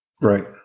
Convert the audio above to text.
Right